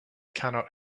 cannot